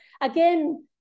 again